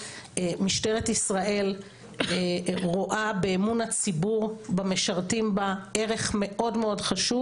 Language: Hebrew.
משטרת ישראל רואה באמון הציבור במשרתים בה ערך מאוד מאוד חשוב